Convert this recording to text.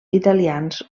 italians